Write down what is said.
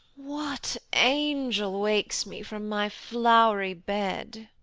what angel wakes me from my flow'ry bed?